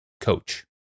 coach